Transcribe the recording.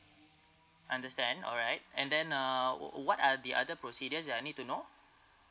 understand alright and then uh wh~ what are the other procedures that I need to know